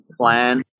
plan